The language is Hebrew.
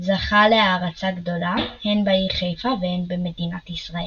זכה להערצה גדולה הן בעיר חיפה והן במדינת ישראל.